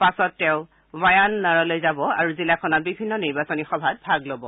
পাছত তেওঁ ৱায়ানডলৈ যাব আৰু জিলাখনত আয়োজিত বিভিন্ন নিৰ্বাচনী সভাত ভাগ ল'ব